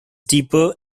deeper